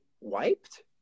wiped